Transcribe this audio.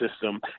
system